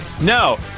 No